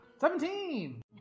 Seventeen